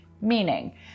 meaning